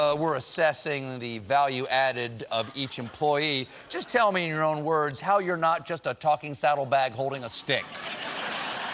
ah we're assessing the valued added of each employee. just tell me in your own words how you're not just a talking saddle bag holding a stick.